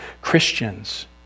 Christians